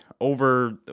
over